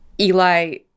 Eli